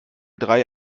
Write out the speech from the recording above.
drei